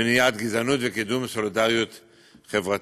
במניעת גזענות, ובקידום סולידריות חברתית.